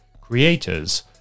creators